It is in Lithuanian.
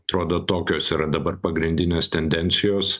atrodo tokios yra dabar pagrindinės tendencijos